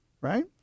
right